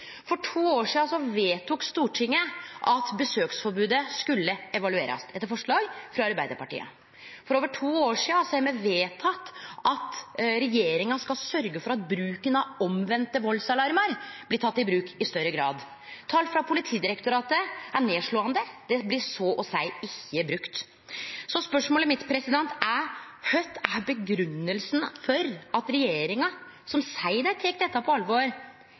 For to år sidan vedtok Stortinget at besøksforbodet skulle evaluerast, etter forslag frå Arbeidarpartiet. For over to år sidan har me vedteke at regjeringa skal sørgje for at omvende valdsalarmar blir tekne i bruk i større grad. Tala frå Politidirektoratet er nedslåande, dei blir så å seie ikkje brukte. Så spørsmålet mitt er: Kva er grunngjevinga for at regjeringa, som seier dei tek dette på alvor,